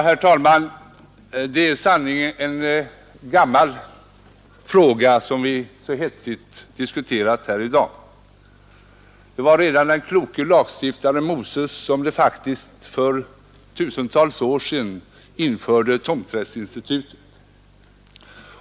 Herr talman! Det är sannerligen en gammal fråga som vi hetsigt diskuterat här i dag. Det var redan den kloke lagstiftaren Moses som faktiskt för tusentals år sedan införde tomträttsinstitutet.